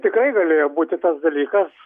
tikrai galėjo būti tas dalykas